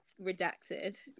redacted